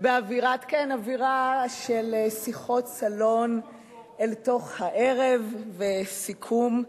באווירה של שיחות סלון אל תוך הערב וסיכום.